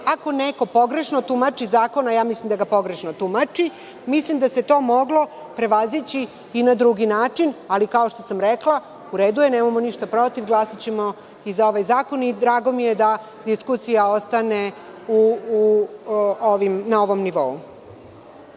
ako neko pogrešno tumači zakon, a ja mislim da ga pogrešno tumači, mislim da se to moglo prevazići i na drugi način. Ali, kao što sam rekla, u redu je, nemamo ništa protiv, glasaćemo i za ovaj zakon. Drago mi je da diskusija ostane na ovom nivou.